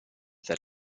that